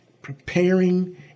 preparing